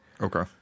Okay